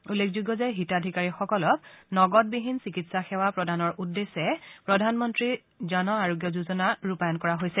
উল্লেখযোগ্য যে হিতাধিকাৰীসকলক নগদবিহীন চিকিৎসা সেৱা প্ৰদানৰ উদ্দেশ্যে প্ৰধানমন্ত্ৰী জন আৰোগ্য যোজনা ৰূপায়ণ কৰা হৈছে